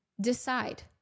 decide